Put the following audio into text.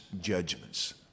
judgments